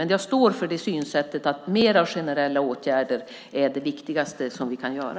Men jag står för synsättet att mer av generella åtgärder är det viktigaste som vi kan göra.